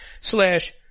Slash